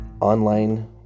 online